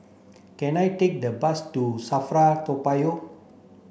can I take the bus to SAFRA Toa Payoh